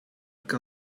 que